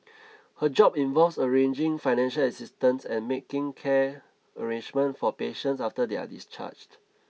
her job involves arranging financial assistance and making care arrangements for patients after they are discharged